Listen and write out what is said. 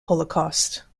holocaust